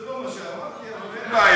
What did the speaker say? זה לא מה שאמרתי, אבל אין בעיה.